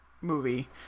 movie